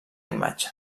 imatge